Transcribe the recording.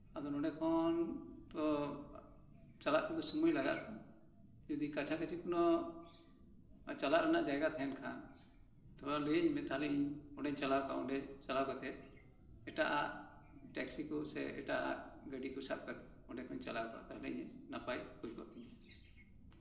ᱟᱫᱚ ᱱᱚᱰᱮ ᱠᱷᱚᱱ ᱪᱟᱞᱟᱜ ᱛᱮᱫᱚ ᱥᱳᱢᱳᱭ ᱞᱟᱜᱟᱜᱼᱟ ᱛᱚ ᱡᱚᱫᱤ ᱠᱟᱪᱷᱟ ᱠᱟᱪᱷᱤ ᱠᱚᱱᱳ ᱪᱟᱞᱟᱜ ᱨᱮᱭᱟᱜ ᱡᱟᱭᱜᱟ ᱛᱟᱦᱮᱱ ᱠᱷᱟᱱ ᱢᱟ ᱞᱟᱹᱭ ᱤᱧ ᱢᱮ ᱤᱧ ᱚᱸᱰᱮᱧ ᱪᱟᱞᱟᱣ ᱠᱚᱜᱼᱟ ᱪᱟᱞᱟᱣ ᱠᱟᱛᱮᱫ ᱮᱴᱟᱜᱟᱜ ᱴᱮᱠᱥᱤ ᱠᱚ ᱥᱮ ᱮᱴᱟᱜᱟᱜ ᱜᱟᱹᱰᱤ ᱠᱚ ᱥᱟᱵ ᱠᱟᱛᱮᱫ ᱤᱧ ᱪᱟᱞᱟᱣ ᱠᱚᱜᱼᱟ ᱱᱟᱯᱟᱭ ᱦᱳᱭ ᱠᱚᱜ ᱛᱤᱧᱟ